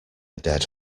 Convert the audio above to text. dead